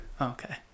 Okay